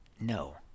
no